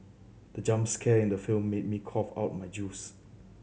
the jump scare in the film made me cough out my juice